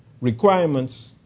requirements